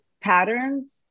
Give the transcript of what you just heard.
patterns